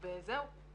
שוויון.